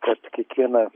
kad kiekvienas